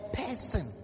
person